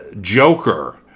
Joker